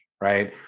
right